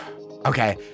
Okay